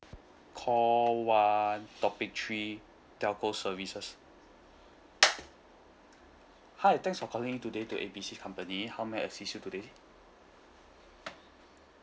call one topic three telco services hi thanks for calling in today to A B C company how may I assist you today